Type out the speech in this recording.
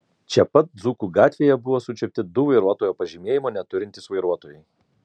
čia pat dzūkų gatvėje buvo sučiupti du vairuotojo pažymėjimo neturintys vairuotojai